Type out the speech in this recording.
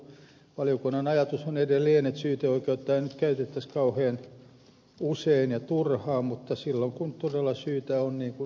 mutta kuten sanottu valiokunnan ajatus on edelleen että syyteoikeutta ei nyt käytettäisi kauhean usein ja turhaan mutta silloin kun todella syytä on niin kuin ed